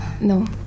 No